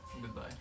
Goodbye